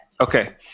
Okay